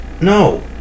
no